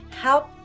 help